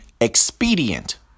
expedient